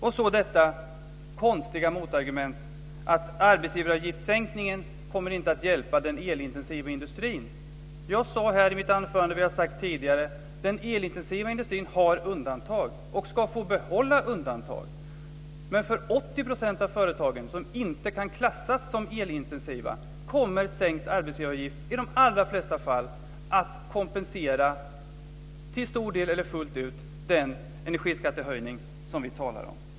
Sedan vill jag ta upp det konstiga motargumentet att arbetsgivaravgiftssänkningen inte kommer att hjälpa den elintensiva industrin. Jag sade här i mitt anförande, och vi har sagt det tidigare, att den elintensiva industrin har undantag och ska få behålla undantag. Men för 80 % av företagen som inte kan klassas som elintensiva kommer sänkt arbetsgivaravgift i de allra flesta fall att till stor del eller fullt ut kompensera den energiskattehöjning som vi talar om.